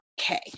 okay